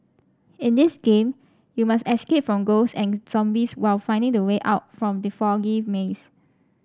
in this game you must escape from ghosts and zombies while finding the way out from the foggy maze